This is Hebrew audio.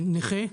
אני נכה,